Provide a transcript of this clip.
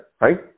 right